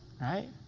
right